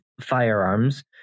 firearms